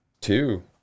two